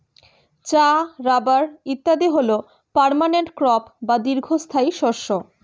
চা, রাবার ইত্যাদি হল পার্মানেন্ট ক্রপ বা দীর্ঘস্থায়ী শস্য